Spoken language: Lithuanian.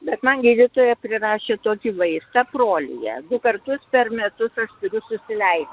bet man gydytoja prirašė tokį vaistą prolyja du kartus per metus aš turiu susileisti